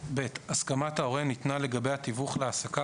(ב)הסכמת ההורה ניתנה לגבי התיווך להעסקה